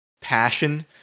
passion